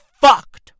fucked